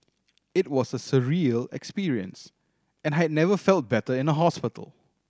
it was a surreal experience and I had never felt better in a hospital